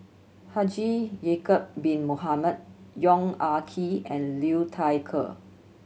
Haji Ya'acob Bin Mohamed Yong Ah Kee and Liu Thai Ker